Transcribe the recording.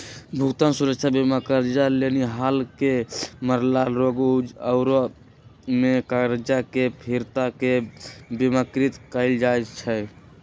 भुगतान सुरक्षा बीमा करजा लेनिहार के मरला, रोग आउरो में करजा के फिरता के बिमाकृत कयल जाइ छइ